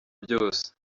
byose